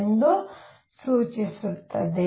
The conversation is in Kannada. ಎಂದು ಸೂಚಿಸುತ್ತದೆ